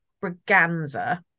Braganza